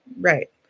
Right